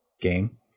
game